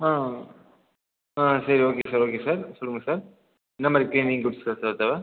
ஆ ஆ சரி okay sir okay சார் சொல்லுங்கள் சார் எந்த மாதிரி க்ளீனிங் குட்ஸ் சார் சார் தேவை